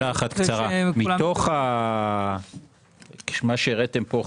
מתוך מה שהראיתם פה,